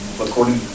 according